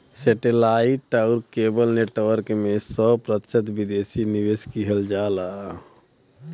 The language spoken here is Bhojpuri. सेटे लाइट आउर केबल नेटवर्क में सौ प्रतिशत विदेशी निवेश किहल जाला